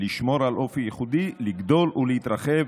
לשמור על אופי ייחודי לגדול ולהתרחב